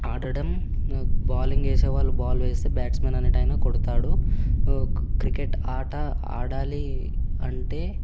ఆడడం బౌలింగ్ వేసే వాళ్ళు బాల్ వేస్తే బ్యాట్స్మెన్ అనేటయినా కొడతాడు క్రికెట్ ఆట ఆడాలి అంటే